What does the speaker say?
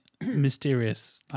mysterious